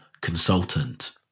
consultant